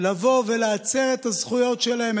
לבוא ולהצר את הזכויות שלהם,